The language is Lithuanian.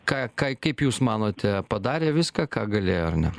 ką ką kaip jūs manote padarė viską ką galėjo ar ne